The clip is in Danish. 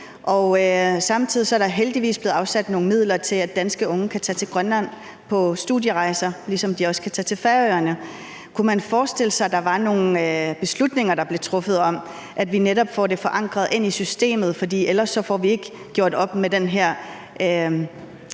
Samtidig er der heldigvis blevet afsat nogle midler til, at danske unge kan tage til Grønland på studierejser, ligesom de også kan tage til Færøerne. Kunne man forestille sig, at der blev truffet nogle beslutninger om, at vi netop får det forankret i systemet? For ellers får vi ikke gjort op med de